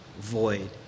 void